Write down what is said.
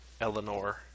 Eleanor